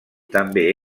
també